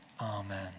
amen